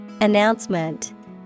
Announcement